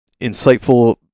insightful